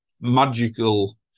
magical